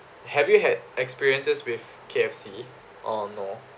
have you had experiences with K_F_C or no